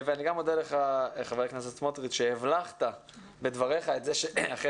אני גם מודה לך ח"כ סמוטריץ' שהבלחת בדבריך את זה שאחרי